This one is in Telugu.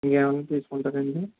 ఇంకేమైనా తీసుకుంటారా అండి